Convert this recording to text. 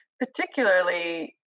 particularly